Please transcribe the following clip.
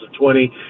2020